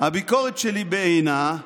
הביקורת שלי בעינה,